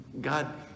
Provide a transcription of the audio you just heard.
God